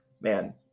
man